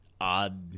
odd